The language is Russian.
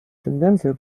тенденция